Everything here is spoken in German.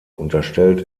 unterstellt